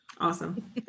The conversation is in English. Awesome